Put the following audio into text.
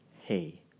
Hey